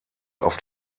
auf